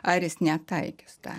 ar jis netaikys tą